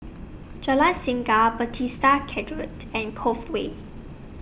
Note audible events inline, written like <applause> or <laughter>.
Jalan Singa Bethesda <unintelligible> and Cove Way